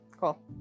cool